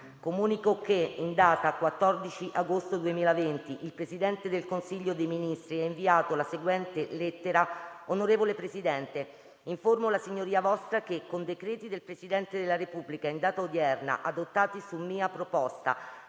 Comunico che, in data 14 agosto 2020, il Presidente del Consiglio dei ministri ha inviato la seguente lettera: